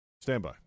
Standby